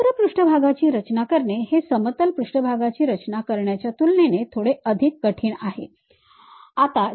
वक्र पृष्ठभागाची रचना करणे हे समतल पृष्ठभागाचे रचना करण्याच्या तुलनेत थोडे अधिक क्लिष्ट आणि कठीण असते